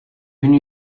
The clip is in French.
venu